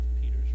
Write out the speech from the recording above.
Peter's